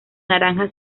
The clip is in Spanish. naranja